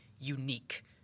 unique